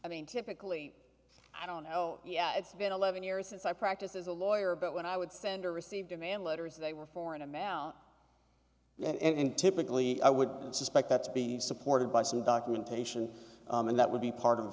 i mean typically i don't know yet it's been eleven years since i practiced as a lawyer but when i would send or receive demand letters they were foreign amount and typically i would suspect that's be supported by some documentation and that would be part of